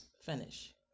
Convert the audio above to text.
finish